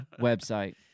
website